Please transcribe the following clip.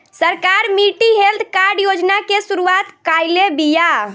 सरकार मिट्टी health card योजना के शुरूआत काइले बिआ